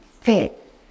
fit